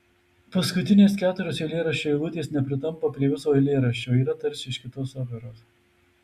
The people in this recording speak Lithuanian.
paskutinės keturios eilėraščio eilutės nepritampa prie viso eilėraščio yra tarsi iš kitos operos